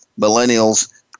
millennials